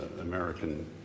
American